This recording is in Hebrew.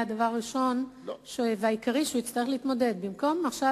הדבר הראשון והעיקרי שהוא יצטרך להתמודד אתו.